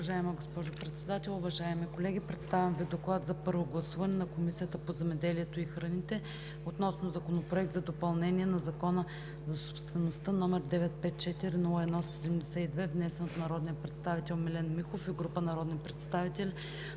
Уважаема госпожо Председател, уважаеми колеги! Представям Ви: „ДОКЛАД за първо гласуване на Комисията по земеделието и храните относно Законопроект за допълнение на Закона за собствеността, № 954 01 72, внесен от народния представител Милен Михов и група народни представители